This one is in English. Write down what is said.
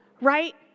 Right